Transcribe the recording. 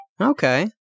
Okay